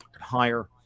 higher